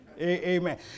Amen